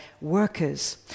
workers